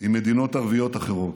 עם מדינות ערביות אחרות,